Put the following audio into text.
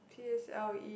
p_s_l_e